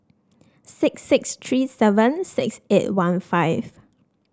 six six three seven six eight one five